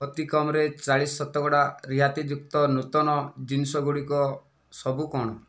ଅତିକମ୍ରେ ଚାଳିଶ ଶତକଡ଼ା ରିହାତିଯୁକ୍ତ ନୂତନ ଜିନିଷଗୁଡ଼ିକ ସବୁ କଣ